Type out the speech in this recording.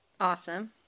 Awesome